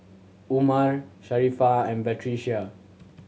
Umar Sharifah and Batrisya